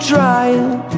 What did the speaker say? trying